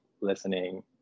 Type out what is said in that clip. listening